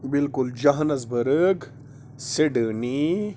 بلکل Johannesburg Sydney